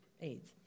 AIDS